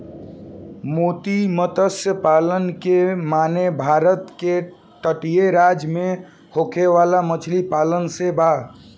मोती मतस्य पालन के माने भारत के तटीय राज्य में होखे वाला मछली पालन से बा